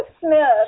Smith